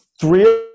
three